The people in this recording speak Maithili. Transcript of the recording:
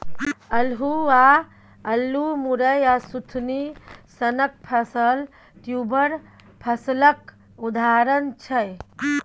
अल्हुआ, अल्लु, मुरय आ सुथनी सनक फसल ट्युबर फसलक उदाहरण छै